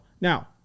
Now